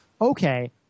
Okay